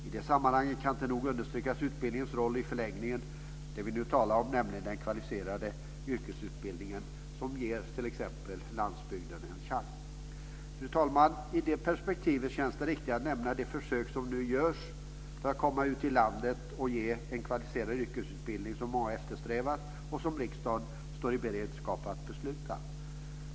I det sammanhanget kan man inte nog understryka den kvalificerade yrkesutbildningens roll som i förlängningen ger landsbygden en chans. Fru talman! I det perspektivet känns det riktigt att nämna de försök som nu görs för att man ute i landet ska kunna ge en kvalificerad yrkesutbildning som många eftersträvar och som riksdagen står i beredskap att besluta om.